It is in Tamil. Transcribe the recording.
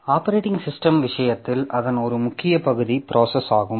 ஆப்பரேட்டிங் சிஸ்டம் விஷயத்தில் அதன் ஒரு முக்கிய பகுதி ப்ராசஸ் ஆகும்